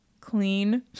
clean